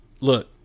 look